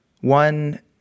One